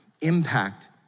impact